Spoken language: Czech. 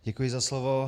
Děkuji za slovo.